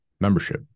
membership